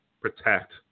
protect